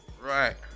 Right